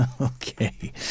Okay